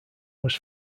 was